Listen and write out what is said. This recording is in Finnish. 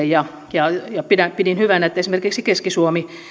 ja pilotti ja pidin hyvänä että esimerkiksi keski suomi